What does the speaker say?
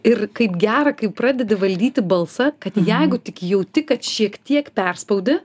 ir kaip gera kai pradedi valdyti balsą kad jeigu tik jauti kad šiek tiek perspaudi